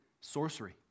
sorcery